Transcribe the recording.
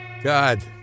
God